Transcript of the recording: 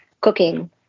cooking